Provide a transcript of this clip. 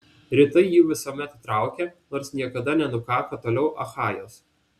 rytai jį visuomet traukė nors niekada nenukako toliau achajos